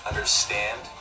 Understand